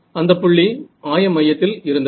அந்தப் புள்ளி ஆய மையத்தில் இருந்தது